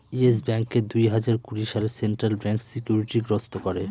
yes ব্যাঙ্ককে দুই হাজার কুড়ি সালে সেন্ট্রাল ব্যাঙ্ক সিকিউরিটি গ্রস্ত করে